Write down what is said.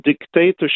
dictatorship